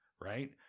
right